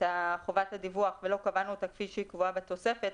חובת הדיווח ולא קבענו אותה כפי שהיא קבועה בתוספת,